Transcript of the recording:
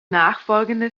nachfolgende